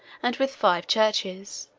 and with five churches,